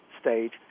stage